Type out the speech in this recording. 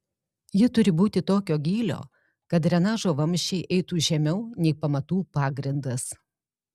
ji turi būti tokio gylio kad drenažo vamzdžiai eitų žemiau nei pamatų pagrindas